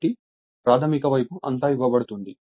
కాబట్టి ప్రాధమిక వైపు అంతా ఇవ్వబడుతుంది